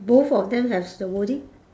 both of them has the wording